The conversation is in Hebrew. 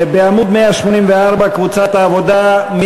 עמוד 184, קבוצת העבודה.